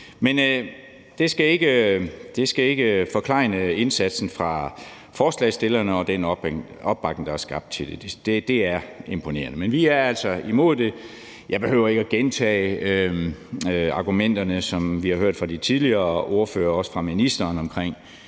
Men det skal ikke forklejne indsatsen fra forslagsstillernes side og den opbakning, der er skabt, for det er imponerende. Men vi er altså imod det. Jeg behøver ikke at gentage argumenterne, som vi har hørt fra de tidligere ordførere og også fra ministeren om